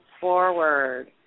forward